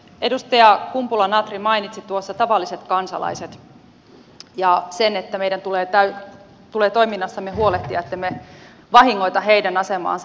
edustaja kumpula natri mainitsi tuossa tavalliset kansalaiset ja sen että meidän tulee toiminnassamme huolehtia ettemme vahingoita heidän asemaansa